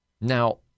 Now